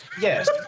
Yes